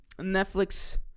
Netflix